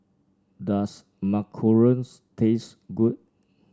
does macarons taste good